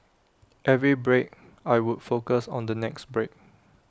every break I would focus on the next break